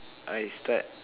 I start